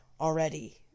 already